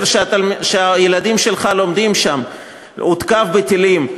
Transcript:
שהילדים שלך לומדים בו הותקף בטילים,